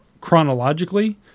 chronologically